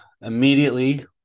immediately